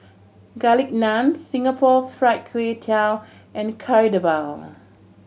Garlic Naan Singapore Fried Kway Tiao and Kari Debal